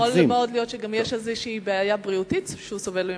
יכול מאוד להיות שגם יש איזושהי בעיה בריאותית שהוא סובל ממנה,